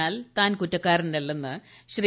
എന്നാൽ താൻ കുറ്റക്കാരനല്ലെന്ന് ശ്രീ